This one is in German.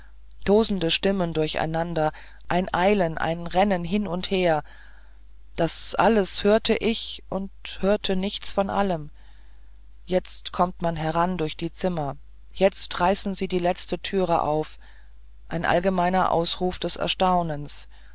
tosende stimmen durcheinander ein eilen und ein rennen hin und her das alles hörte ich und hörte nichts von allem jetzt kommt man heran durch die zimmer jetzt reißen sie die letzte tür auf ein allgemeiner ausruf des erstaunens